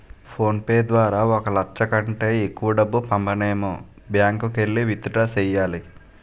phone pay ద్వారా ఒక లచ్చ కంటే ఎక్కువ డబ్బు పంపనేము బ్యాంకుకెల్లి విత్ డ్రా సెయ్యాల